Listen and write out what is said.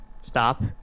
stop